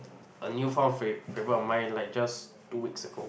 a new found fav~ favourite of mine like just two weeks ago